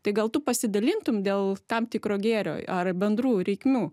tai gal tu pasidalintum dėl tam tikro gėrio ar bendrų reikmių